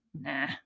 Nah